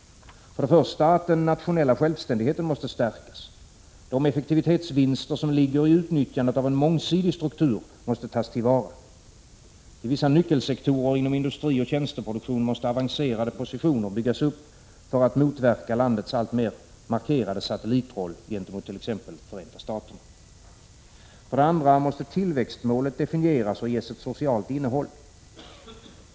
1. Den nationella självständigheten måste stärkas. De effektivitetsvinster som ligger i utnyttjandet av en mångsidig struktur måste tas till vara. I vissa nyckelsektorer inom industri och tjänsteproduktion måste avancerade positioner byggas upp för att motverka landets alltmer markerade satellitroll gentemot t.ex. Förenta Staterna. 2. Tillväxtmålen måste definieras och ges ett socialt innehåll.